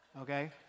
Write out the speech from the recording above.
okay